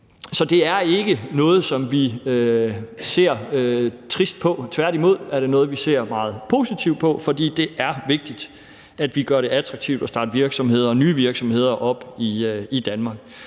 Så det er ikke noget, som vi ser trist på, tværtimod er det noget, vi ser meget positivt på, for det er vigtigt, at vi gør det attraktivt at starte virksomheder og nye virksomheder op i Danmark.